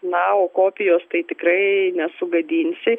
na o kopijos tai tikrai nesugadinsi